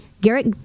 Garrett